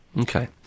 Okay